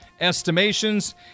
estimations